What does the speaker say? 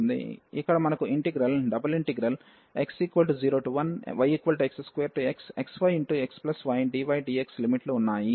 ఇక్కడ మనకు integral x01yx2xxyxydydx limit లు ఉన్నాయి